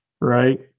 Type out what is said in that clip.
Right